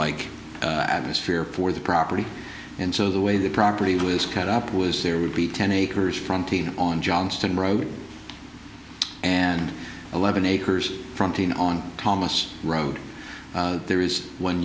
like atmosphere for the property and so the way the property was cut up was there would be ten acres fronting on johnston road and eleven acres fronting on thomas road there is one